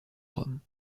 rome